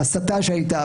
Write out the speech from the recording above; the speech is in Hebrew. ההסתה שהייתה,